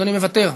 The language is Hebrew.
אדוני מוותר.